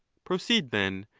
proceed, then,